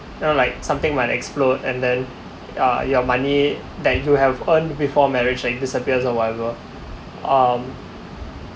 you know like something when explode and then uh your money that you have earned before marriage like disappear or whatever um